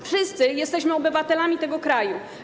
Wszyscy jesteśmy obywatelami tego kraju.